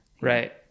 Right